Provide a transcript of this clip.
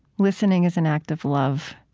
listening is an act of love.